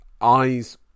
eyes